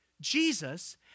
Jesus